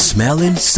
Smelling